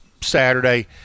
Saturday